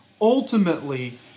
Ultimately